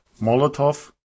Molotov